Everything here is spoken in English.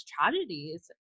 tragedies